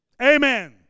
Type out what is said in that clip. amen